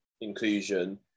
inclusion